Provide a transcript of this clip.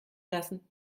lassen